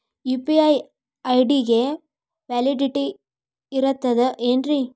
UPI ID ಗೆ validity ಇರತದ ಏನ್ರಿ?